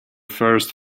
first